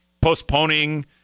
postponing